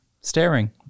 staring